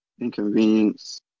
inconvenience